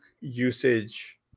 usage